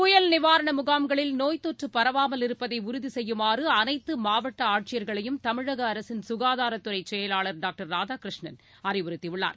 புயல் நிவாரண முகாம்களில் நோய்த் தொற்றுப் பரவாமல் இருப்பதை உறுதி செய்யுமாறு அனைத்து மாவட்ட ஆட்சியர்களையும் தமிழக அரசின் சுகாதாரத்துறை செயலாளர் டாக்டர் ராதாகிருஷ்ணன் அறிவுறுத்தியுள்ளார்